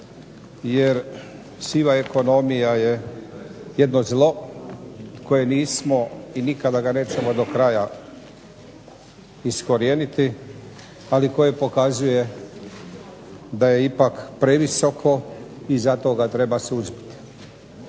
jer siva ekonomija je jedno zlo koje nismo i nikada ga nećemo do kraj iskorijeniti ali koje pokazuje da je ipak previsoko i zato ga treba suzbiti.